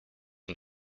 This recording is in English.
and